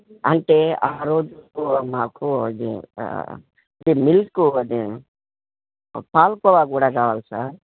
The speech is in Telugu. అంటే ఆ రోజు మాకు అది అ మిల్క్ అదే పాల్కోవ కూడా కావాలి సార్